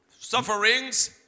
sufferings